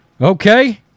Okay